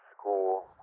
school